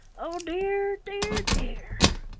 oh dear, dear, dear!